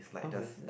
oh is it